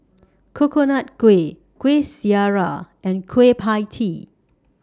Coconut Kuih Kuih Syara and Kueh PIE Tee